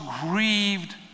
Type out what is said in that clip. grieved